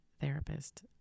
therapist